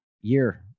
year